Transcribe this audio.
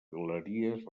galeries